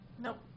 Nope